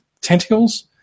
tentacles